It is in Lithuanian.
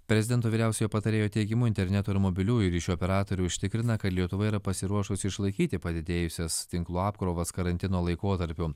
prezidento vyriausiojo patarėjo teigimu interneto ir mobiliųjų ryšio operatorių užtikrina kad lietuva yra pasiruošusi išlaikyti padidėjusias tinklų apkrovas karantino laikotarpiu